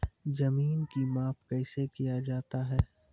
जमीन की माप कैसे किया जाता हैं?